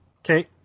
Okay